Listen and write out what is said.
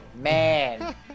man